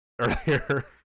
earlier